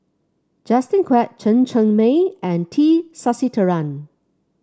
Justin Quek Chen Cheng Mei and T Sasitharan